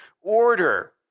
order